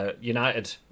United